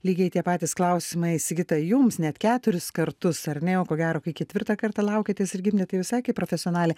lygiai tie patys klausimai sigita jums net keturis kartus ar ne jau ko gero kai ketvirtą kartą laukėtės ir gimdėt tai visai kaip profesionalė